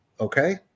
okay